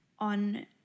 ...on